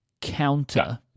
counter